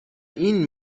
این